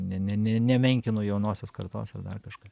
ne ne ne nemenkinu jaunosios kartos ar dar kažką